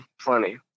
plenty